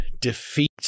defeat